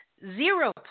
Zero